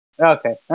Okay